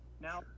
Now